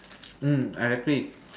mm I agree